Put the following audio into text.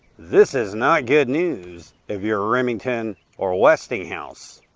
this is not good news if you're remington or westinghouse,